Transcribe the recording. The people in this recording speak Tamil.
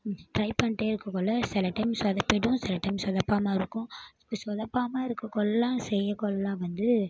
ட்ரை பண்ணிகிட்டே இருக்கக்கொள்ள சில டைம் சொதப்பிடும் சில டைம் சொதப்பாமல் இருக்கும் அப்படி சொதப்பாமல் இருக்கக்கொள்ளலாம் செய்யக்கொள்ளலாம் வந்து